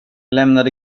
lämnade